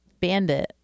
Bandit